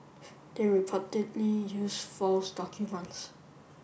they reportedly use false documents